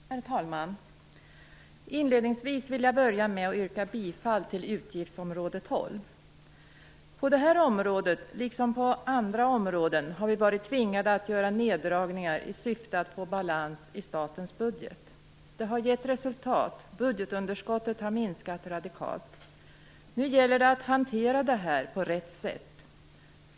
Herr talman! Inledningsvis vill jag yrka bifall till hemställan avseende utgiftsområde 12. På detta område, liksom på andra områden, har vi varit tvingade att göra neddragningar i syfte att få balans i statens budget. Det har gett resultat. Budgetunderskottet har minskat radikalt. Nu gäller det att hantera det här på rätt sätt.